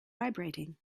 vibrating